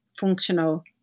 functional